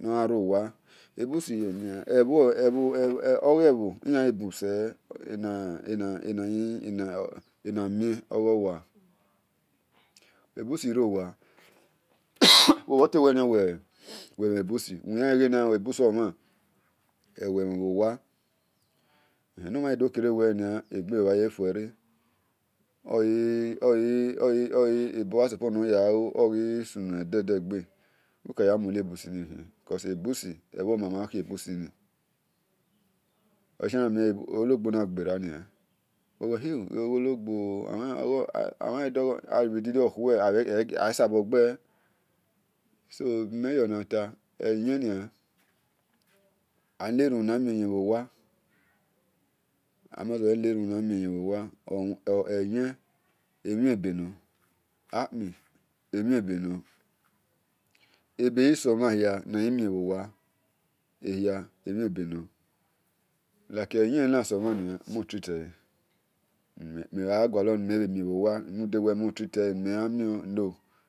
nagha rowa, ogebho ole ghi bunse enamhile agho wanhe, uwe bhote we kue mhe ebusi, nue mhanlen bho owa enomhan ole we mhe bho owa eno mhan gha kere egbe whanye ture, emhan ebobha suppose ne ya gholu oghi sammu ededegbe o haya muelebusi ni whein cos ebho oma ma kiebu ni ole shie wiena milo ologbo nagherani wehhina awo ghinilo khue ebhe sabo gbe so bi mhen yan aka enerun namhien yen bho wa eyin emhiebenor akpi ebeghi sumhan hie naghi mie bhowa emhie beror loke eyen nasomhan ni mo treat ele mhe bhe gualor ni mhebhe mion bhowa ranude we mo treat ehe na